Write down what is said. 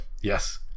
yes